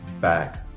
back